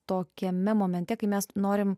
tokiame momente kai mes norime